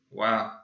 wow